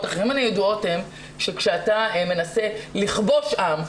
אחרים שבהיסטוריה כאשר אתה מנסה לכבוש עם,